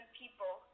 people